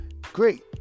great